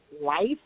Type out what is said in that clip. life